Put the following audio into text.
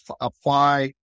apply